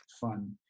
fun